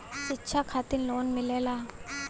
शिक्षा खातिन लोन मिलेला?